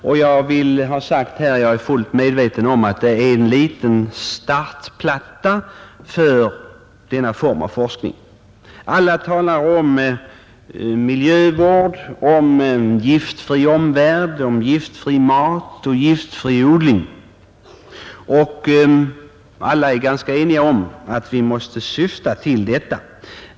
Men jag är fullt medveten om att det bara är en startplatta för denna form av forskning. Alla talar i dag om miljövård, om en giftfri omvärld, om giftfri mat och giftfri odling, och alla är ganska ense om att vi måste syfta till detta.